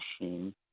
machine